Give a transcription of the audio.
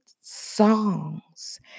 songs